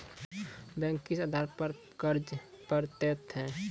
Bank किस आधार पर कर्ज पड़तैत हैं?